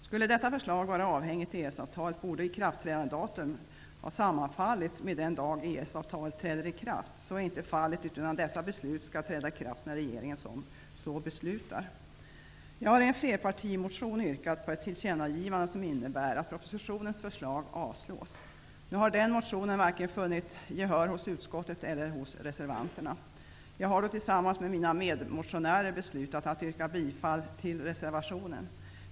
Skulle detta förslag vara avhängigt EES-avtalet borde ikraftträdandedatum för förslaget sammanfalla med den dag EES-avtalet träder i kraft. Så är inte fallet, utan detta beslut skall träda i kraft när regeringen så beslutar. Jag har i en flerpartimotion yrkat på ett tillkännagivande som innebär att propositionens förslag avslås. Nu har den motionen varken funnit gehör hos utskottet eller hos reservanterna. Jag har då tillsammans med mina medmotionärer beslutat att yrka bifall till reservationen.